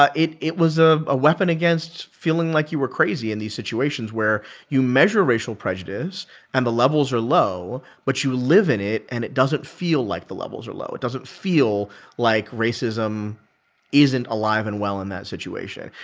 ah it it was ah a weapon against feeling like you were crazy in these situations where you measure racial prejudice and the levels are low but you live in it and it doesn't feel like the levels are low. it doesn't feel like racism isn't alive and well in that situation.